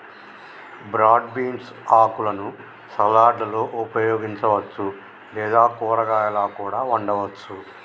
broad beans ఆకులను సలాడ్లలో ఉపయోగించవచ్చు లేదా కూరగాయాలా కూడా వండవచ్చు